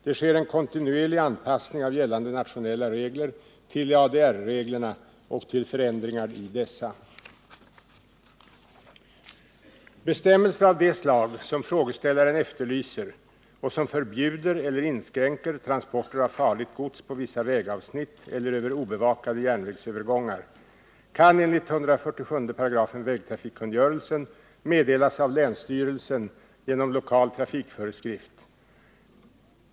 Det sker en kontinuerlig anpassning av gällande nationella regler till ADR-reglerna och till förändringar i dessa. Bestämmelser av de slag som frågeställaren efterlyser och som förbjuder eller inskränker transporter av farligt gods på vissa vägavsnitt eller över obevakade järnvägsövergångar, kan enligt 147§ vägtrafikkungörelsen meddelas av länsstyrelsen genom lokal trafikföreskrift.